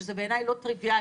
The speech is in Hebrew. שזה בעיני לא טריוויאלי,